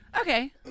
Okay